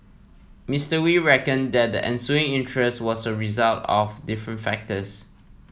Mister Wee reckoned that the ensuing interest was a result of different factors